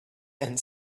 and